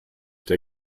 der